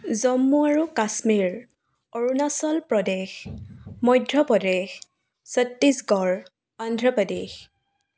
জম্মু আৰু কাশ্মীৰ অৰুণাচল প্ৰদেশ মধ্য প্ৰদেশ ছত্তিশগড় অন্ধ্ৰ প্ৰদেশ